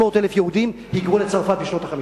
600,000 יהודים היגרו לצרפת בשנות ה-50.